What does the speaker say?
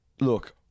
look